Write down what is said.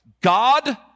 God